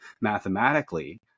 mathematically